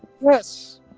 Yes